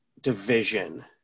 division